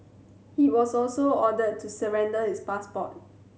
he was also ordered to surrender his passport